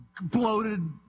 bloated